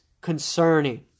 concerning